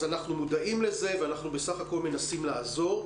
אז אנחנו מודעים לזה ובסך הכל מנסים לעזור,